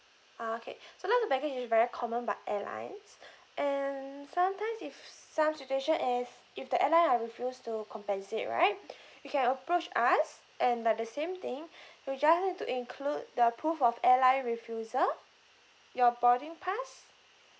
ah okay so loss of baggage is very common about airlines and sometimes if some situation is if the airline are refuse to compensate right you can approach us and like the same thing you just need to include the proof of airline refusal your boarding pass